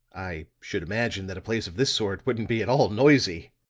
i should imagine that a place of this sort wouldn't be at all noisy,